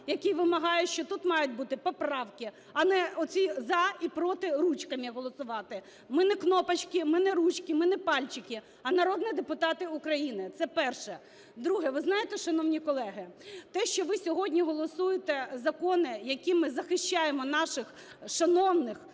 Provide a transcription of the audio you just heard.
який вимагає, що тут мають бути поправки, а не оці "за" і "проти", ручками голосувати. Ми не "кнопочки", ми не "ручки", ми не "пальчики", а народні депутати України! Це перше. Друге. Ви знаєте, шановні колеги, те, що ви сьогодні голосуєте закони, якими ми захищаємо наших шановних